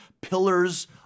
pillars